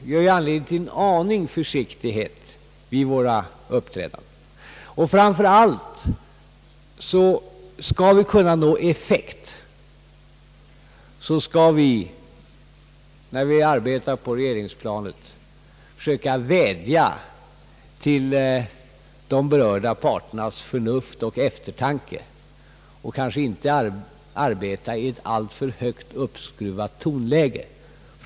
Det ger ju anledning till en viss försiktighet i vårt uppträdande. Skall vi kunna nå effekt, så bör vi när vi arbetar på regeringsplanet framför allt försöka vädja till de berörda parternas förnuft och eftertanke och inte använda ett alltför högt uppskruvat ton läge.